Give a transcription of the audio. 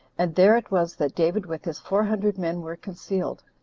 and there it was that david with his four hundred men were concealed.